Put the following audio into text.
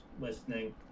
listening